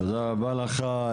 תודה רבה לך.